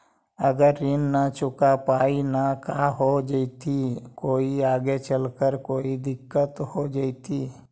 अगर ऋण न चुका पाई न का हो जयती, कोई आगे चलकर कोई दिलत हो जयती?